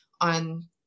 on